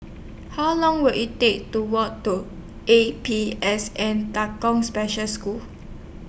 How Long Will IT Take to Walk to A P S N Special School